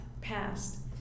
past